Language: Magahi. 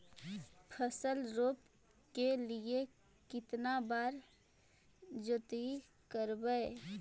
फसल रोप के लिय कितना बार जोतई करबय?